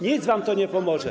Nic wam to nie pomoże.